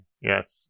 yes